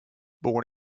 born